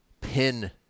PIN